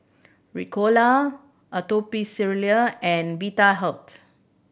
Ricola Atopiclair and Vitahealth